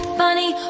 funny